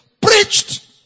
preached